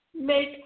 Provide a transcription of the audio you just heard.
Make